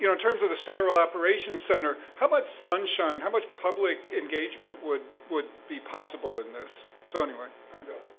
you know in terms of this federal operations center, how much sunshine, how much public engagement would would be possible in this? so anyway i'm done.